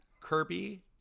Kirby